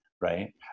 right